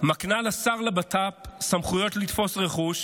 מקנה לשר לבט"פ סמכויות לתפוס רכוש,